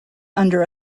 under